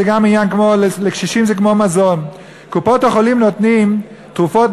ולקשישים זה כמו מזון: קופות-החולים נותנות תרופות,